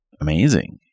amazing